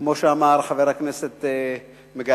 כמו שאמר חבר הכנסת מגלי.